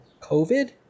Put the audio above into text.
COVID